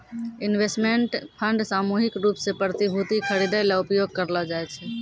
investment fund सामूहिक रूप सें प्रतिभूति खरिदै ल उपयोग करलो जाय छै